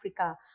Africa